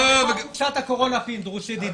בתוך קופסת הקורונה, פינדרוס ידידי,